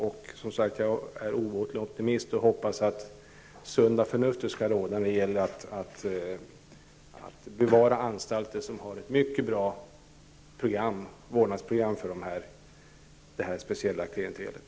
Jag är som sagt obotlig optimist och hoppas att det sunda förnuftet skall råda när det gäller att bevara anstalter som har ett mycket bra vårdprogram för det speciella klientelet.